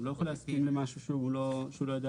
הוא לא יכול להסכים למשהו שהוא לא יודע